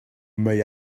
may